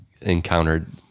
encountered